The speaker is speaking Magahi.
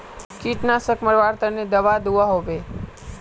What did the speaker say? कीटनाशक मरवार तने दाबा दुआहोबे?